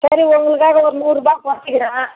சரிங்க உங்களுக்காக ஒரு நூறுபாய் குறச்சிக்கிறேன்